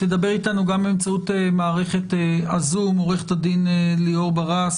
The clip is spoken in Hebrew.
תדבר אתנו גם באמצעות מערכת ה-זום עורכת הדין ליאור ברס